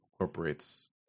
incorporates